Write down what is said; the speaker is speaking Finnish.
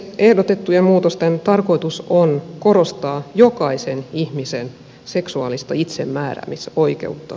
ehdotettujen muutosten tarkoitus on korostaa jokaisen ihmisen seksuaalista itsemääräämisoikeutta